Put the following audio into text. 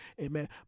amen